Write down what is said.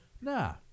nah